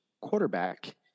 quarterback